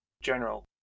General